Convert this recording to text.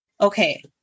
okay